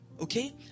okay